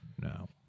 No